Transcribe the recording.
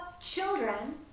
children